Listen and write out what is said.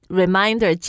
reminder